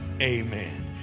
Amen